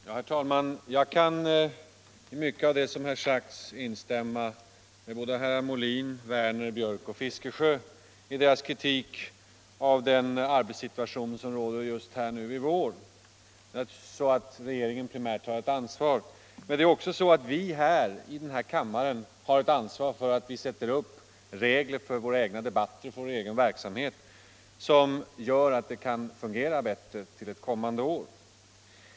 Herr talman! Jag kan instämma i mycket av den kritik som har framförts av herr Molin, herr Björck i Nässjö, herr Werner i Malmö och herr Fiskesjö mot den arbetssituation som råder här i riksdagen i vår. Naturligtvis har regeringen primärt ansvaret för den, men vi i kammaren har också ansvar för att vi sätter upp regler för våra egna debatter, vår egen verksamhet, som gör att allt fungerar bättre ett kommande år.